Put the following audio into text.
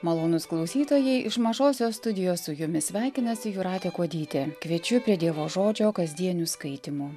malonūs klausytojai iš mažosios studijos su jumis sveikinasi jūratė kuodytė kviečiu prie dievo žodžio kasdienių skaitymų